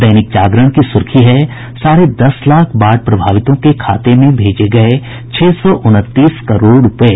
दैनिक जागरण की सुर्खी है साढ़े दस लाख बाढ़ प्रभावितों के खाते में भेजे गये छह सौ उनतीस करोड़ रूपये